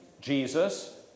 Jesus